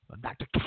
Dr